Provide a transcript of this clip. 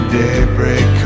daybreak